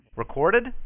Recorded